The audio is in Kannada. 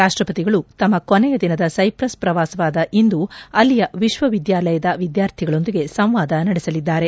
ರಾಷ್ಟಪತಿಗಳ ತಮ್ಮ ಕೊನೆಯ ದಿನದ ಸೈಪ್ರಸ್ ಪ್ರವಾಸವಾದ ಇಂದು ಅಲ್ಲಿಯ ವಿಶ್ವವಿದ್ಯಾಲಯದ ವಿದ್ಯಾರ್ಥಿಗಳೊಂದಿಗೆ ಸಂವಾದ ನಡೆಸಲಿದ್ದಾರೆ